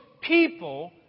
people